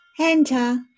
Enter